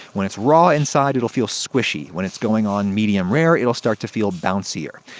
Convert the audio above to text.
when it's raw inside, it'll feel squishy. when it's going on medium rare, it'll start to feel bouncier.